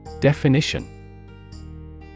Definition